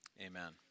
amen